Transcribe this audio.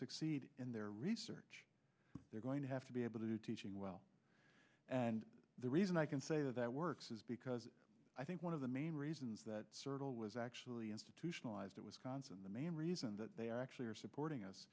succeed in their research they're going to have to be able to do teaching well and the reason i can say that works is because i think one of the main reasons that was actually institutionalized it was cons and the main reason that they actually are supporting